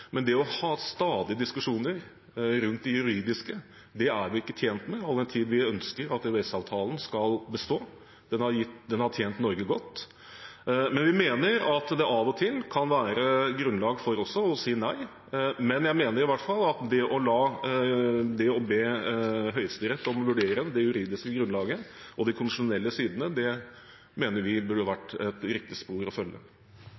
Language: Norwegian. det å ha stadige diskusjoner rundt det juridiske er vi ikke tjent med all den tid vi ønsker at EØS-avtalen skal bestå. Den har tjent Norge godt. Vi mener at det av og til kan være grunnlag for også å si nei, og det å be Høyesterett vurdere det juridiske grunnlaget og de konstitusjonelle sidene mener vi burde være et riktig spor å følge.